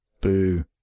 boo